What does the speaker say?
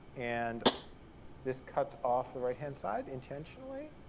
and this cuts off the right-hand side intentionally,